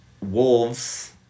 wolves